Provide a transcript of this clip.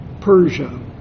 Persia